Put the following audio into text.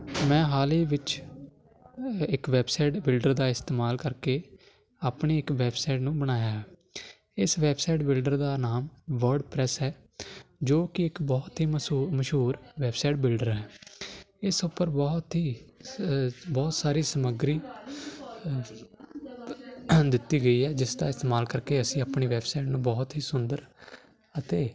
ਮੈਂ ਹਾਲ ਹੀ ਵਿੱਚ ਇੱਕ ਵੈਬਸਾਈਟ ਬਿਲਡਰ ਦਾ ਇਸਤੇਮਾਲ ਕਰਕੇ ਆਪਣੀ ਇੱਕ ਵੈਬਸਾਈਟ ਨੂੰ ਬਣਾਇਆ ਇਸ ਵੈਬਸਾਈਟ ਬਿਲਡਰ ਦਾ ਨਾਮ ਵਰਡ ਪ੍ਰੈਸ ਹੈ ਜੋ ਕਿ ਇੱਕ ਬਹੁਤ ਹੀ ਮਸ਼ ਮਸ਼ਹੂਰ ਵੈਬਸਾਈਟ ਬਿਲਡਰ ਹੈ ਇਸ ਉੱਪਰ ਬਹੁਤ ਹੀ ਬਹੁਤ ਸਾਰੀ ਸਮੱਗਰੀ ਦਿੱਤੀ ਗਈ ਹੈ ਜਿਸ ਦਾ ਇਸਤੇਮਾਲ ਕਰਕੇ ਅਸੀਂ ਆਪਣੀ ਵੈਬਸਾਈਟ ਨੂੰ ਬਹੁਤ ਹੀ ਸੁੰਦਰ ਅਤੇ